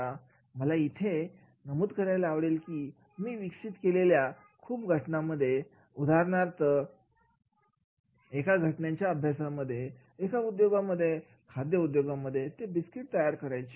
मला इथे नमूद करायला आवडेल की मी विकसित केलेल्या खूप घटनांच्या अभ्यासामध्ये उदाहरणार्थ एका घटनेच्या अभ्यासामध्ये एका उद्योगांमध्ये खाद्य उद्योगांमध्ये ते बिस्किट तयार करायचे